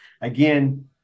again